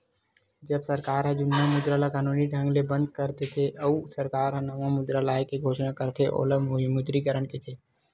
जब सरकार ह जुन्ना मुद्रा ल कानूनी ढंग ले बंद कर देथे, अउ सरकार ह नवा मुद्रा लाए के घोसना करथे ओला विमुद्रीकरन कहिथे